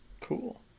cool